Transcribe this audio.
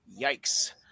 Yikes